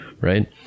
Right